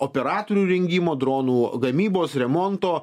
operatorių rengimo dronų gamybos remonto